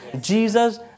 Jesus